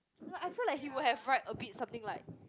I feel like he would have write a bit something like